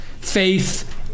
faith